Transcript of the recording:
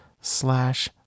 slash